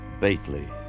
Bately